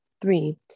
Three